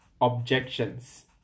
objections